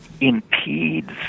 impedes